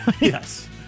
Yes